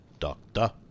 Doctor